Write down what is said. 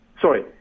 Sorry